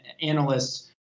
analysts